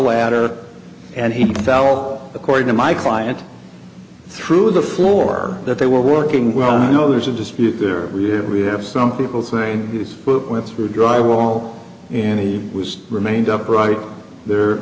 ladder and he fell according to my client through the floor that they were working well i know there's a dispute there we have we have some people saying his footprints were dry wall and he was remained upright there